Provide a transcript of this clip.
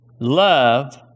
Love